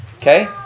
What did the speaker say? Okay